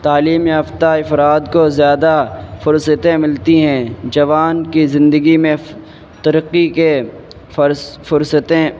تعلیم یافتہ افراد کو زیادہ فرصتیں ملتی ہیں جوان کی زندگی میں ترقی کے فرض فرصتیں